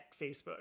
Facebook